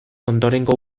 ondorengo